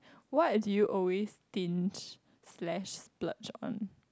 what are you always stinge slash splurge on